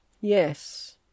Yes